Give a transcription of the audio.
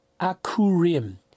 akurim